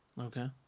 Okay